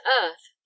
earth